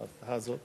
האבטחה הזאת?